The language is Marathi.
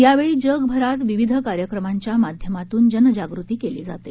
यावेळी जगभरात विविध कार्यक्रमांच्या माध्यमातून जनजागृती केली जाते